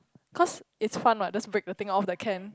cause it's fun [what] just break the thing out of the can